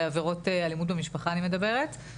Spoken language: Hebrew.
בעבירות אלימות במשפחה אני מדברת,